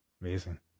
amazing